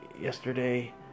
Yesterday